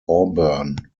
auburn